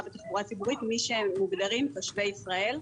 בתחבורה ציבורית מי שמוגדרים תושבי ישראל.